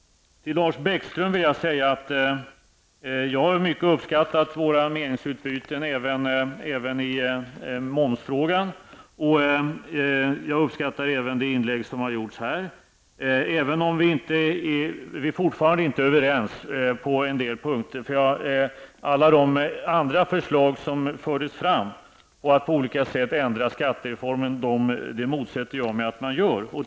Till Lars Bäckström vill jag säga att jag har uppskattat våra meningsutbyten mycket, även i momsfrågan. Jag uppskattar också det inlägg som har gjorts här. Vi är dock fortfarande inte överens på en del punkter. Jag motsätter mig alla de andra förslag som fördes fram om att man på olika sätt skall ändra skattereformen.